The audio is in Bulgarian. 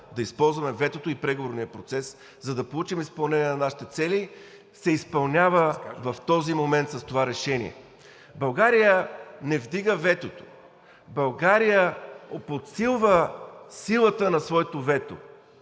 да използваме ветото и преговорния процес, за да получим изпълнение на нашите цели, се изпълнява в този момент с това решение. България не вдига ветото, България подсилва силата на своето вето,